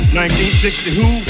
1960-who